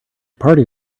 party